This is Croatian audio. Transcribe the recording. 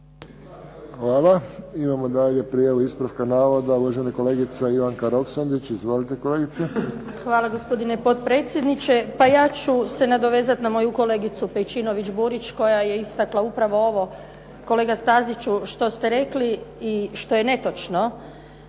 Hvala. Imamo dalje prijavu ispravka navoda. Uvažena kolegica Ivanka Roksandić. Izvolite, kolegice. **Roksandić, Ivanka (HDZ)** Hvala, gospodine potpredsjedniče. Pa ja ću se nadovezat na moju kolegicu Pejčinović Burić koja je istakla upravo ovo kolega Staziću što ste rekli i što je netočno